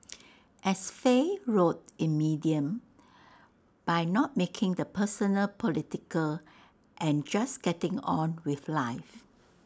as Faye wrote in medium by not making the personal political and just getting on with life